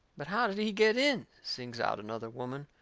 but how did he get in? sings out another woman.